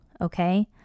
okay